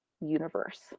universe